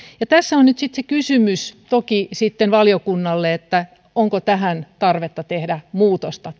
ja tässä on nyt sitten toki se kysymys valiokunnalle onko tähän kokonaisvaltaiseen ajatteluun tarvetta tehdä muutosta